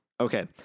Okay